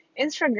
Instagram